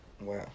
Wow